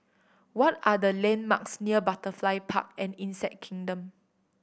what are the landmarks near Butterfly Park and Insect Kingdom